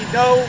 no